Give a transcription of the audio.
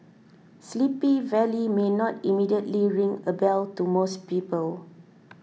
Sleepy Valley may not immediately ring a bell to most people